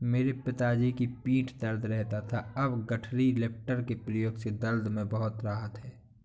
मेरे पिताजी की पीठ दर्द रहता था अब गठरी लिफ्टर के प्रयोग से दर्द में बहुत राहत हैं